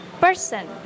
person